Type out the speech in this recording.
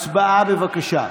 הצבעה, בבקשה.